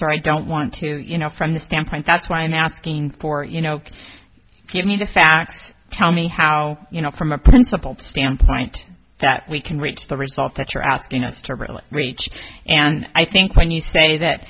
sorry i don't want to you know from the standpoint that's why i'm asking for you know give me the facts tell me how you know from a principle stamp right that we can reach the result that you're asking us to really reach and i think when you say that